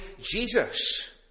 Jesus